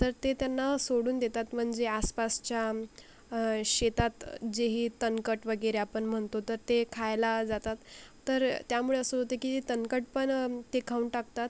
तर ते त्यांना सोडून देतात म्हणजे आसपासच्या शेतात जे ही तणकट वगैरे आपण म्हणतो तर ते खायला जातात तर त्यामुळे असं होतं की तणकट पण ते खाऊन टाकतात